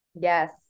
Yes